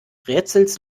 rätsels